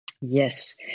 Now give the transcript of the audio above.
Yes